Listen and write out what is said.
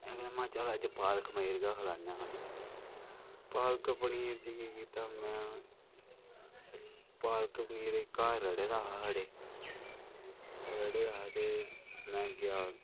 अहें महां चल अज्ज पालक पनीर गै खलाने आं थोआनू पालक पनीर च केह् कीता में पालक पनीर घर रड़े दा हा साढ़े रड़े दा हा ते में गेआ